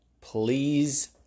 Please